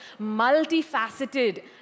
multifaceted